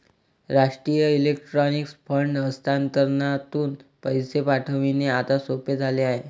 राष्ट्रीय electronic fund हस्तांतरणातून पैसे पाठविणे आता सोपे झाले आहे